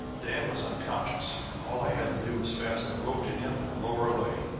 dan was unconscious, and all i had to do was fasten a rope to him and lower away.